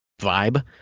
vibe